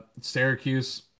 Syracuse